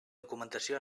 documentació